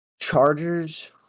Chargers